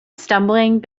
stumbling